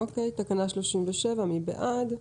אוקיי, תקנה 37, מי בעד?